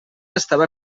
estava